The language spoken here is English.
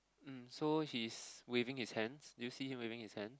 um so he's waving his hands do you see him waving his hand